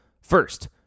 First